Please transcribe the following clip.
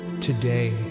Today